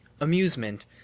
amusement